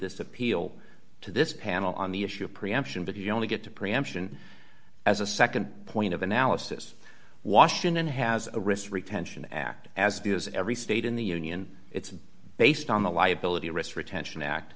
this appeal to this panel on the issue of preemption but you only get to preemption as a nd point of analysis washington has a risk retention act as does every state in the union it's based on the liability risk retention act